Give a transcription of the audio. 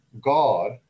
God